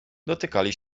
dotykali